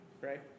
right